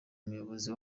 umuyobozi